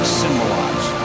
symbolize